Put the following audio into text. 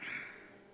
למערכת.